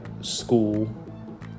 school